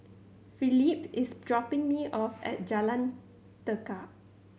Felipe is dropping me off at Jalan Tekad